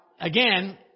again